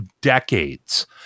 decades